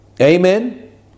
Amen